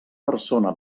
persona